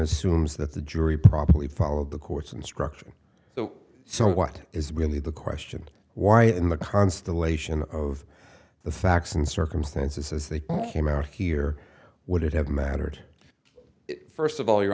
assumes that the jury probably followed the court's instruction so so what is really the question why in the constellation of the facts and circumstances as they came out here would it have mattered first of all your